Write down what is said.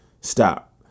stop